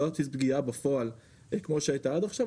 לא על בסיס פגיעה בפועל כמו שהיה עד עכשיו,